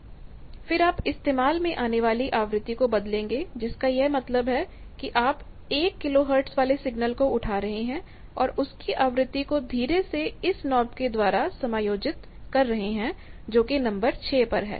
फिर आप इस्तेमाल में आने वाली आवृत्ति को बदलेंगे जिसका यह मतलब है कि आप एक 1 किलो हर्ट्ज़ वाले सिग्नल को उठा रहे हैं और उसकी आवृत्ति को धीरे से इस नॉब के द्वारा समायोजित कर रहे हैं जो कि नंबर 6 पर है